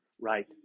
right